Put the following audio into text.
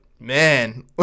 man